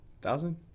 Thousand